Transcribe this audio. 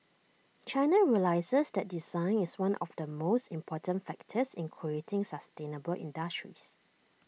China realises that design is one of the most important factors in creating sustainable industries